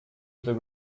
future